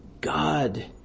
God